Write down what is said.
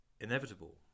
inevitable